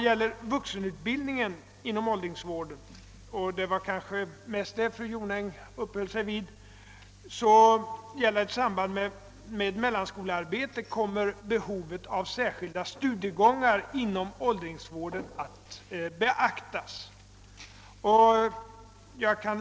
Beträffande vuxenutbildningen inom åldringsvården, som fru Jonäng mest uppehöll sig vid, gäller att behovet av särskilda studiegångar inom åldringsvården kommer att beaktas vid samarbetet med mellanskolan.